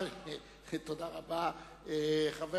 חבר